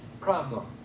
problem